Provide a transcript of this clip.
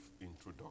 introduction